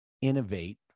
innovate